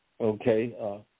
Okay